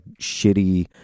Shitty